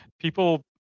people